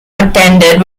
attended